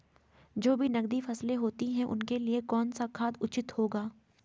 जो भी नकदी फसलें होती हैं उनके लिए कौन सा खाद उचित होगा?